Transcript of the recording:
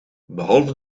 behalve